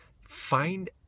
find